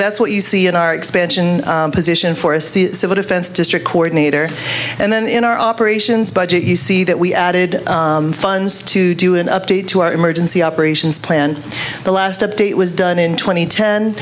that's what you see in our expansion position for us the civil defense district coordinator and then in our operations budget you see that we added funds to do an update to our emergency operations plan the last update was done in tw